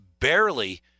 barely